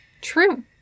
True